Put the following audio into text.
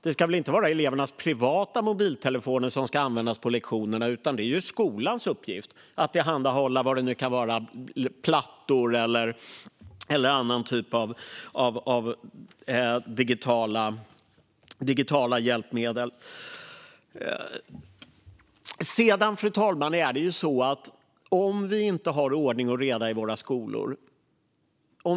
Det ska väl inte vara elevernas privata mobiltelefoner som ska användas på lektionerna, utan det är skolans uppgift att tillhandahålla digitala hjälpmedel i form av plattor eller vad det nu kan vara. Fru talman! Tyvärr finns det många skolor i Sverige i dag där man inte har ordning och reda.